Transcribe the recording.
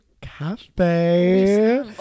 Cafe